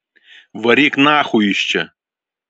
varyk nachui iš čia